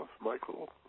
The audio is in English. Michael